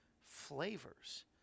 flavors